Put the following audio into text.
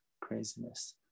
craziness